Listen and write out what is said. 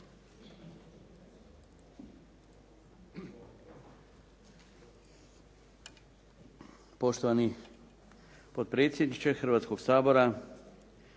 Poštovani potpredsjedniče Hrvatskoga sabora,